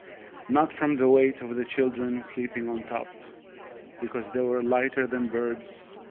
not from the weight of the children sleeping on top because they were lighter than birds.